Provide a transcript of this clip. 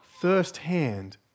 firsthand